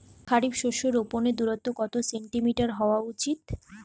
খারিফ শস্য রোপনের দূরত্ব কত সেন্টিমিটার হওয়া উচিৎ?